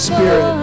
Spirit